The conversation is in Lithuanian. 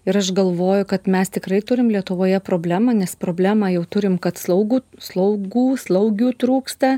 ir aš galvoju kad mes tikrai turim lietuvoje problemą nes problemą jau turim kad slaugų slaugų slaugių trūksta